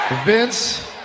Vince